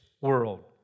world